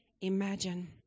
imagine